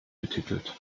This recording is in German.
betitelt